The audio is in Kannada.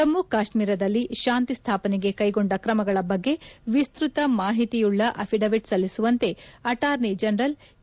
ಜಮ್ನು ಕಾಶ್ನೀರದಲ್ಲಿ ಶಾಂತಿ ಸ್ಟಾಪನೆಗೆ ಕ್ಟೆಗೊಂಡ ಕ್ರಮಗಳ ಬಗ್ಗೆ ವಿಸ್ತತ ಮಾಹಿತಿಯುಳ್ಳ ಅಫಿಡವಿಟ್ ಸಲ್ಲಿಸುವಂತೆ ಅಟಾರ್ನಿ ಜನರಲ್ ಕೆ